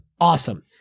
awesome